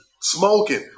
smoking